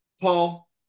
Paul